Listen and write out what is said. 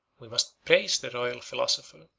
we must praise the royal philosopher,